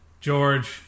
George